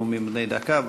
נאומים בני דקה.